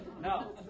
no